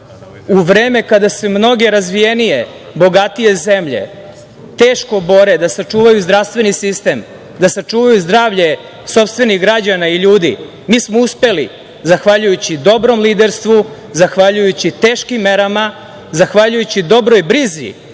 vreme kada se mnoge razvijenije, bogatije zemlje teško bore da sačuvaju zdravstveni sistem, da sačuvaju zdravlje sopstvenih građana i ljudi, mi smo uspeli, zahvaljujući dobrom liderstvu, zahvaljujući teškim merama, zahvaljujući dobroj brizi,